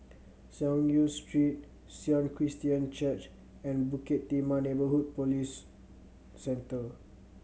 Synagogue Street Sion Christian Church and Bukit Timah Neighbourhood Police Centre